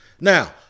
Now